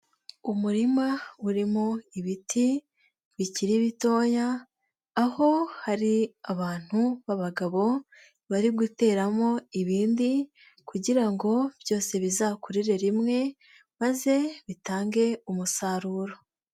Umurima urimo ibiti bikiri bitoya, aho hari abantu b'abagabo, bari guteramo ibindi kugira ngo byose bizakurire rimwe, maze bitange umusaruro.